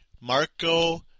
Marco